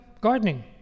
gardening